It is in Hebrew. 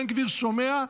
בן גביר, שומע?